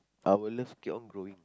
our love keep on going